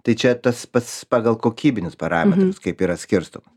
tai čia tas pats pagal kokybinius parametrus kaip yra skirstoma